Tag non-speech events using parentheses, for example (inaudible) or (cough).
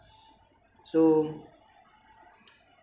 so (noise)